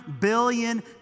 billion